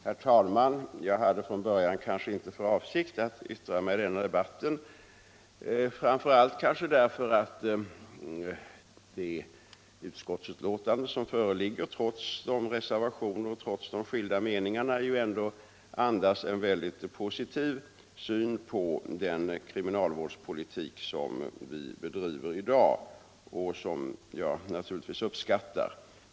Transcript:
Herr talman! Jag hade från början inte för avsikt att yttra mig i denna debatt, kanske framför allt därför att det utskottsbetänkande som föreligger — trots reservationerna och trots de skilda meningarna — ju ändå andas en starkt positiv syn på den kriminalvårdspolitik som vi bedriver — Nr 117 i dag, något som jag naturligtvis uppskattar.